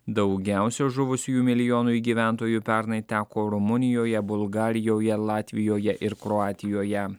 daugiausia žuvusiųjų milijonui gyventojų pernai teko rumunijoje bulgarijoje latvijoje ir kroatijoje